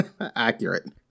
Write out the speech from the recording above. Accurate